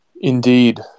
Indeed